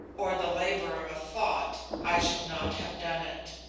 or the labor of a thought, i should not have done it.